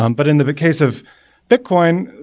um but in the but case of bitcoin,